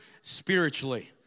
spiritually